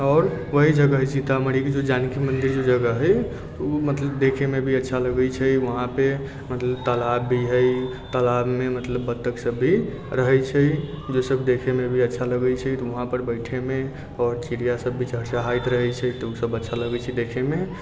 आओर वएह जगह सीतामढ़ीके जे जानकी मन्दिर जे जगह हइ ओ मतलब देखैमे भी अच्छा लगै छै वहांँपर मतलब तालाब भी हइ तालाबमे मतलब बत्तखसब भी रहै छै जइसे देखैमे भी अच्छा लगै छै तऽ वहांँपर बैठैमे आओर चिड़िआसब भी चहचाइत रहै छै तऽ ओ सब अच्छा लगै छै देखैमे